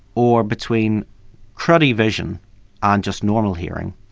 or between cruddy vision and just normal hearing,